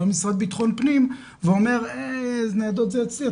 בא המשרד לבטחון פנים ואומר 'ניידות זה אצלי,